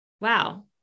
wow